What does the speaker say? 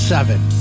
Seven